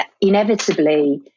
inevitably